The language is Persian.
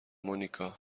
مونیکا